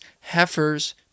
heifers